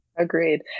Agreed